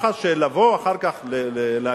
ככה שלבוא אחר כך ולהגיד: